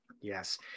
Yes